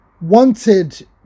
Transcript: wanted